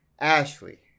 ashley